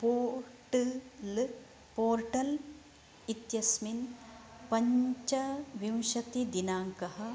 port ल् portal इत्यस्मिन् पञ्चविंशतिदिनाङ्कः